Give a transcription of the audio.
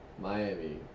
Miami